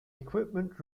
equipment